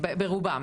ברובן,